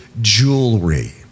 jewelry